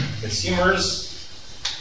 consumers